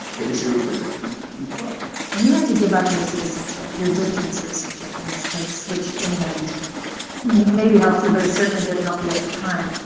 the issue of protecting canadians abroad. ms and you had to give up your citizenship, your egyptian citizenship in this case, which in the end maybe helped you but it certainly didn't help you at the time.